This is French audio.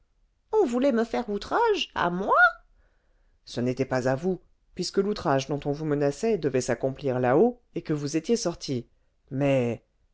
on voulait me faire outrage à moi ce n'était pas à vous puisque l'outrage dont on vous menaçait devait s'accomplir là-haut et que vous étiez sortie mais